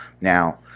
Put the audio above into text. Now